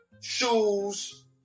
shoes